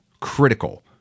Critical